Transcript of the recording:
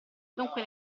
dunque